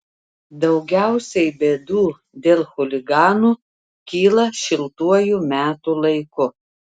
daugiausiai bėdų dėl chuliganų kyla šiltuoju metų laiku